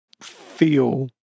feel